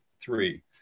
three